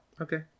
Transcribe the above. Okay